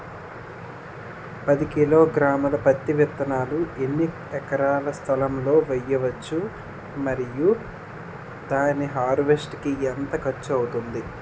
పది కిలోగ్రామ్స్ పత్తి విత్తనాలను ఎన్ని ఎకరాల స్థలం లొ వేయవచ్చు? మరియు దాని హార్వెస్ట్ కి ఎంత ఖర్చు అవుతుంది?